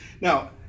Now